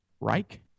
Reich